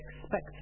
expect